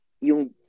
yung